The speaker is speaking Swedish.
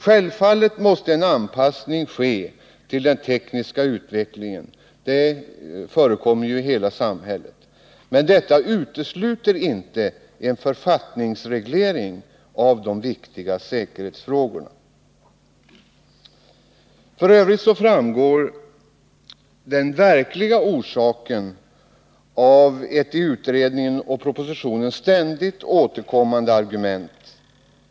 Självfallet måste en anpassning ske till den tekniska utvecklingen — det förekommer ju i hela samhället — men detta utesluter inte en författningsreglering av de viktiga säkerhetsfrågorna. F. ö. framgår den verkliga orsaken till ändringen av ett i utredning och proposition ständigt återkommande argument.